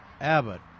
Abbott